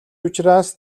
учраас